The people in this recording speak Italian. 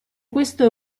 questo